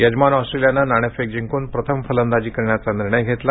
यजमान ऑस्ट्रेलियानं नाणेफेक जिंकून प्रथम फलंदाजी करण्याचा निर्णय घेतला